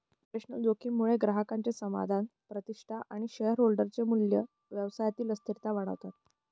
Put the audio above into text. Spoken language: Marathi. ऑपरेशनल जोखीम मुळे ग्राहकांचे समाधान, प्रतिष्ठा आणि शेअरहोल्डर चे मूल्य, व्यवसायातील अस्थिरता वाढतात